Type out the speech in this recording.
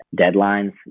deadlines